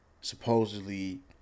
supposedly